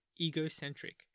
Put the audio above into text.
egocentric